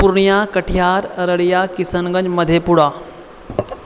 Purnia Katihar Araria Kishanganj Madhepura